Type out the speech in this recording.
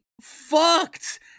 fucked